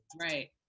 Right